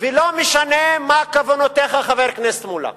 ולא משנה מה כוונותיך, חבר הכנסת מולה,